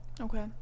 okay